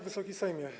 Wysoki Sejmie!